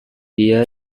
dia